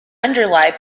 underlie